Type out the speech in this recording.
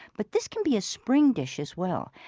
but this can be a spring dish as well,